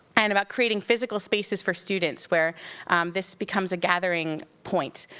and about creating physical spaces for students where this becomes a gathering point,